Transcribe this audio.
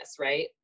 right